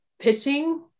Pitching